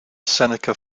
seneca